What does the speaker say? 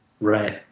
right